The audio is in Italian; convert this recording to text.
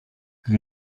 gli